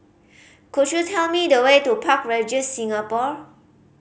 could you tell me the way to Park Regis Singapore